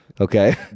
Okay